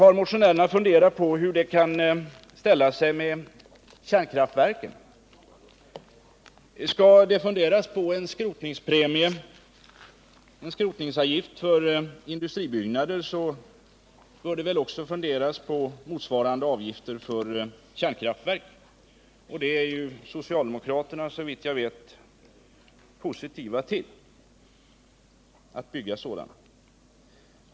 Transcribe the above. Har motionärerna funderat på hur det kan ställa sig med kärnkraftverken? Skall det funderas på en skrotningsavgift för industribyggnader så bör det väl också funderas på motsvarande avgifter för kärnkraftverken, och såvitt jag vet är socialdemokraterna positiva till att bygga sådana.